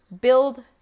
Build